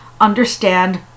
understand